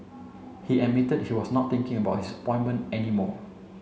he admitted he was not thinking about his appointment any more